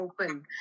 open